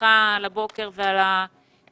סליחה על הבוקר ועל התיאור,